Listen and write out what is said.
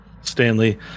Stanley